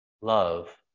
love